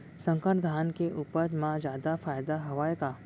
संकर धान के उपज मा जादा फायदा हवय का?